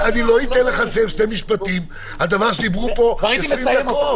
לא אתן לך לסיים על דבר שדיברו פה עשרים דקות.